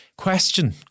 Question